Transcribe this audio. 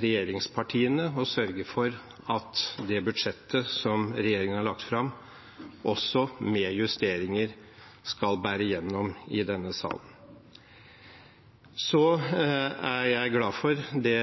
regjeringspartiene å sørge for at det budsjettet som regjeringen har lagt fram, også med justeringer, skal bære igjennom i denne sal. Jeg er glad for det